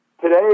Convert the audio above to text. Today